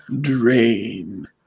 Drain